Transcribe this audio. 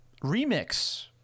remix